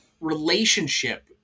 relationship